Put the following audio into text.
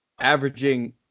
averaging